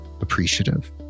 appreciative